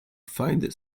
find